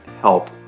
help